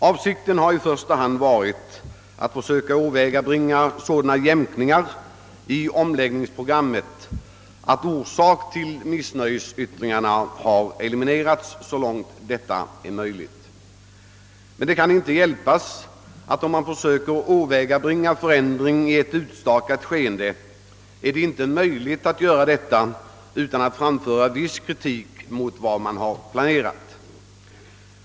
Avsikten med denna har i första hand varit att försöka åvägabringa sådana jämkningar i omläggningsprogrammet att orsakerna till missnöjesyttringarna så långt möjligt elimineras. Men det är inte möjligt att försöka åvägabringa en förändring i ett utstakat skeende utan att framföra viss kritik mot vad som är planerat.